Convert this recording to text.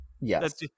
Yes